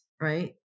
right